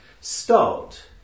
Start